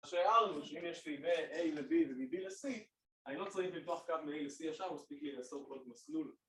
כשהערנו שאם יש לי מ-A ל-B ומ-B ל-C, אני לא צריך למתוח קו מ-A ל-C ישר, מספיק לי לעשות עוד מסלול